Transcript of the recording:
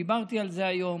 דיברתי על זה היום.